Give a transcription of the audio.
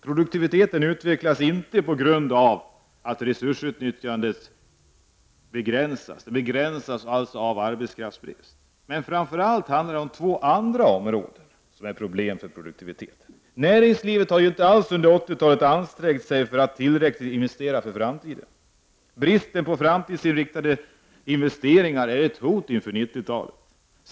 Produktiviteten utvecklas inte på grund av att resursutnyttjandet begränsas av arbetskraftsbrist, men framför allt är det på två andra områden som det finns problem för produktiviteten. Näringslivet har under 80 talet inte alls ansträngt sig tillräckligt och investerat för framtiden. Bristen på framtidsinriktade investeringar är ett hot inför 90-talet.